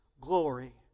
glory